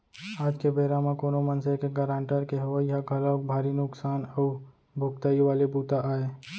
आज के बेरा म कोनो मनसे के गारंटर के होवई ह घलोक भारी नुकसान अउ भुगतई वाले बूता आय